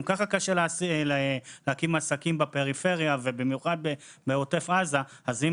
גם כך קשה להקים עסקים בפריפריה ובמיוחד בעוטף עזה ואם